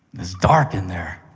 it's dark in there.